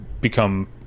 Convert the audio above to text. become